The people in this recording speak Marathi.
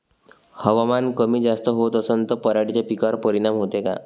हवामान कमी जास्त होत असन त पराटीच्या पिकावर परिनाम होते का?